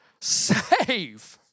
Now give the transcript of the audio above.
Save